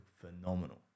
phenomenal